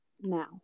now